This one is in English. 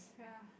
ya